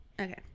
Okay